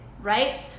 right